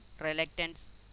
reluctance